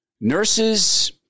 Nurses